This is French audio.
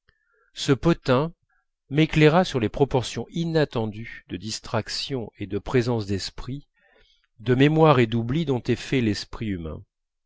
ce potin m'éclaira sur les proportions inattendues de distraction et de présence d'esprit de mémoire et d'oubli dont est fait l'esprit humain